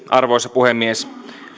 arvoisa puhemies lopuksi